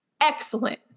Excellent